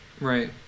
Right